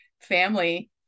family